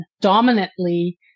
dominantly